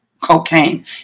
cocaine